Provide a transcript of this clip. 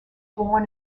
born